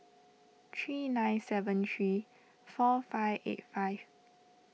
three nine seven three four five eight five